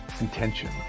intention